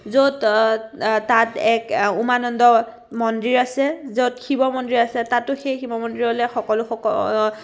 য'ত তাত এক উমানন্দ মন্দিৰ আছে য'ত শিৱ মন্দিৰ আছে তাতো সেই শিৱ মন্দিৰলৈ সকলো